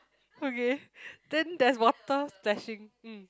okay then there's water splashing mm